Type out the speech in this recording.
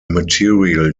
material